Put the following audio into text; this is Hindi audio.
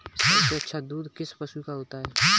सबसे अच्छा दूध किस पशु का होता है?